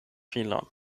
filon